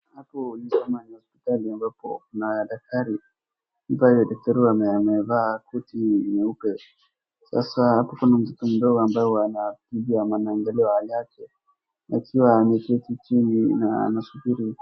Hapo ni kama ni hospitali ambapo kuna daktari ambaye daktari huyu amevaa koti nyeupe. Sasa hapo kuna mtoto mdogo ambaye huwa anakuja ama anaangaliwa hali yake akiwa ameketi chini na anasubiri.